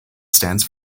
stands